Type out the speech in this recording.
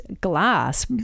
glass